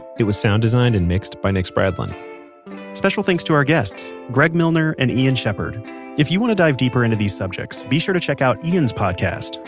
it was sound designed and mixed by nick spradlin special thanks to our guests greg milner and ian shepherd if you want to dive deeper into these subjects, be sure to check out ian's podcast,